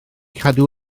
cadw